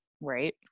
right